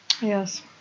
Yes